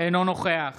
אינו נוכח